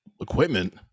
equipment